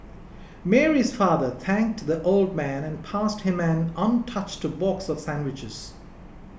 Mary's father thanked the old man and passed him an untouched box of sandwiches